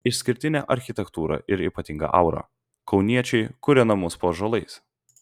išskirtinė architektūra ir ypatinga aura kauniečiai kuria namus po ąžuolais